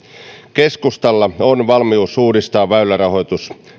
keskustalla on valmius uudistaa väylärahoitus